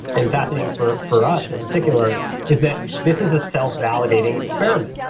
and fascinating for for us in particular, is that this is a self-validating experiment.